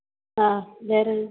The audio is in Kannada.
ಹಾಂ ಬೇರೆನು